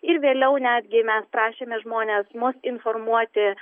ir vėliau netgi mes prašėme žmones mus informuoti